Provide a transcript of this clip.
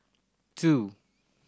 two